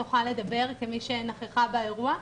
תוכל לדבר כמי שנכחה באירוע,